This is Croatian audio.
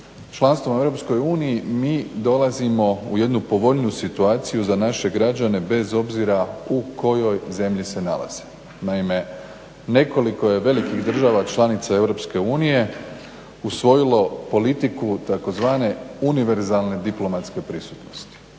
članstvom u Europskoj uniji mi dolazimo u jednu povoljniju situaciju za naše građane bez obzira u kojoj zemlji se nalaze. Naime, nekoliko je velikih država članica Europske unije usvojilo politiku tzv. univerzalne diplomatske prisutnosti.